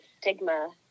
stigma